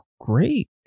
great